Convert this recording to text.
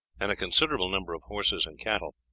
and a considerable number of horses and cattle.